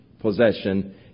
possession